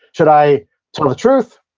should i tell the truth,